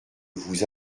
vous